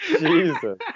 Jesus